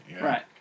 Right